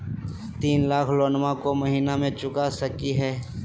तीन लाख लोनमा को महीना मे चुका सकी हय?